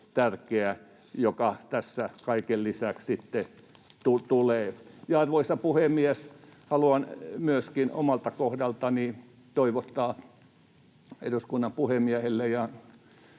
joka tässä kaiken lisäksi sitten tulee. Arvoisa puhemies! Haluan myöskin omalta kohdaltani toivottaa eduskunnan puhemiehelle